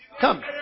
Come